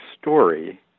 story